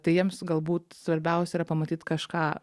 tai jiems galbūt svarbiausia yra pamatyt kažką